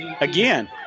again